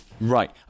Right